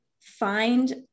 find